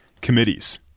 committees